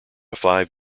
five